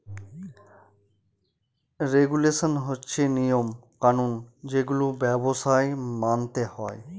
regulation হচ্ছে নিয়ম কানুন যেগুলো ব্যবসায় মানতে হয়